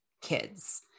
kids